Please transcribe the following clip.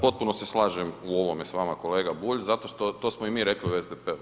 Potpuno se slažem u ovome s vama kolega Bulj zato što, to smo i mi rekli u SDP-u.